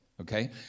okay